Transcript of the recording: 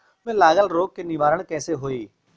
फूल में लागल रोग के निवारण कैसे होयी?